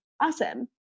awesome